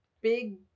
big